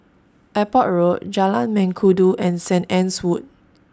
Airport Road Jalan Mengkudu and Saint Anne's Wood